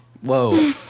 Whoa